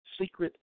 secret